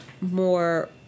more